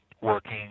working